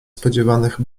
spodziewanych